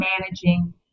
managing